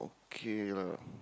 okay lah